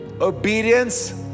Obedience